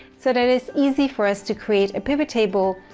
so that it's easy for us to create a pivot table,